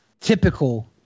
typical